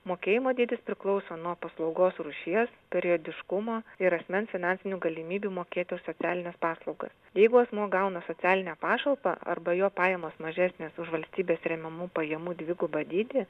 mokėjimo dydis priklauso nuo paslaugos rūšies periodiškumo ir asmens finansinių galimybių mokėti už socialines paslaugas jeigu asmuo gauna socialinę pašalpą arba jo pajamos mažesnės už valstybės remiamų pajamų dvigubą dydį